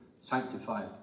sanctified